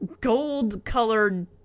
gold-colored